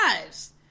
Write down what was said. lives